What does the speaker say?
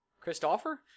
Christopher